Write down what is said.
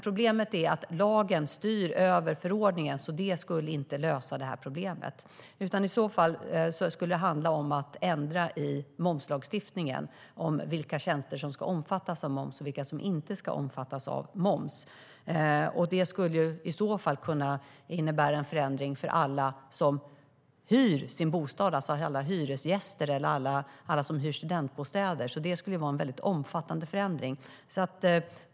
Problemet är att lagen styr över förordningen. Det skulle alltså inte lösa det här problemet. Det som skulle kunna komma i fråga är att ändra i momslagstiftningen om vilka tjänster som ska omfattas av moms och vilka som inte ska omfattas av moms. Det skulle i så fall kunna innebära en förändring för alla som hyr sin bostad, för alla hyresgäster, för alla som hyr studentbostäder. Det skulle vara en väldigt omfattande förändring.